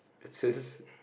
it says